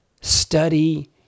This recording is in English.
study